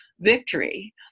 victory